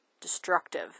destructive